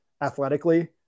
athletically